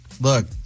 Look